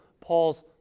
Paul's